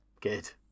Good